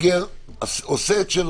הזה, כפי שהוא עכשיו, בשלב זה עשה את שלו.